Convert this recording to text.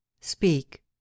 speak